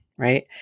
right